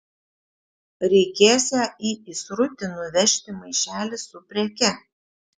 reikėsią į įsrutį nuvežti maišelį su preke